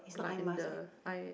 like and the